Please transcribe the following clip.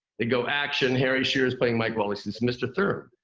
they go, action. harry shearer's playing mike wallace. says, mr. thurm.